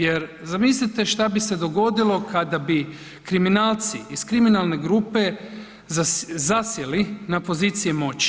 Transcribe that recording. Jer zamislite šta bi se dogodilo kada bi kriminalci iz kriminalne grupe zasjeli na pozicije moći.